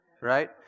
Right